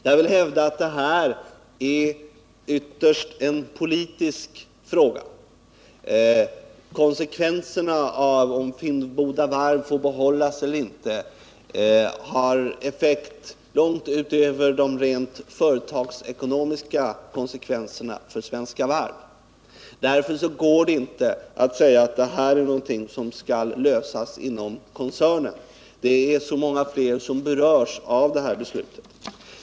Jag vill hävda att det ytterst är en politisk fråga. Konsekvenserna av om Finnboda varv får behållas eller inte går långt utöver de rent företagsekonomiska verkningarna för Svenska Varv. Därför kan man inte säga att detta är en fråga som skall lösas inom koncernen. Det är så många fler som berörs av detta beslut.